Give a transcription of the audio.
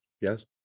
yes